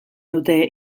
dute